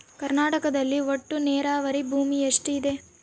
ಕರ್ನಾಟಕದಲ್ಲಿ ಒಟ್ಟು ನೇರಾವರಿ ಭೂಮಿ ಎಷ್ಟು ಇದೆ?